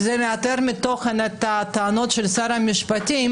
מה שמעקר תוכן את הטענות של שר המשפטים